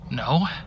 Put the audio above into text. No